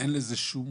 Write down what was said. אין לזה שום